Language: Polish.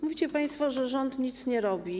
Mówicie państwo, że rząd nic nie robi.